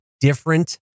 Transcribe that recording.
different